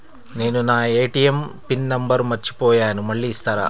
నేను నా ATM pin number మర్చిపోయాను మళ్ళీ ఇస్తారా?